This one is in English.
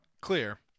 clear